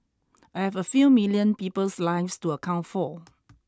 I have a few million people's lives to account for